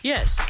Yes